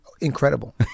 Incredible